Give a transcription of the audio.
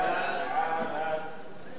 סעיפים 1 3 נתקבלו.